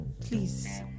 Please